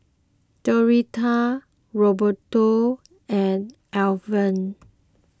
Doretta Roberto and Alvan